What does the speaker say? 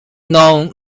known